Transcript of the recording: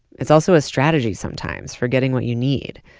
it's also a strategy sometimes for getting what you need.